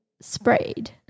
sprayed